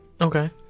Okay